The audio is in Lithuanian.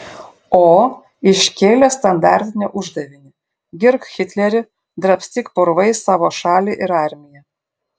o iškėlė standartinį uždavinį girk hitlerį drabstyk purvais savo šalį ir armiją